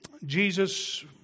Jesus